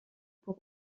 pour